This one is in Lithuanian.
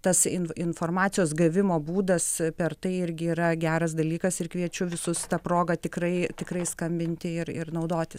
tas in informacijos gavimo būdas per tai irgi yra geras dalykas ir kviečiu visus ta proga tikrai tikrai skambinti ir ir naudotis